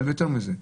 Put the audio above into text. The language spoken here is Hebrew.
יותר מזה.